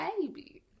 Baby